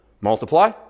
multiply